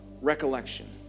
Recollection